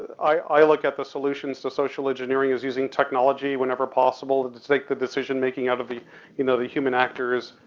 i look at the solutions to social engineering as using technology whenever possible and to take the decision making out of the you know human actor's,